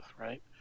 right